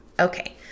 Okay